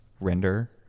render